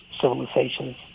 civilizations